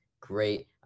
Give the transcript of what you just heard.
great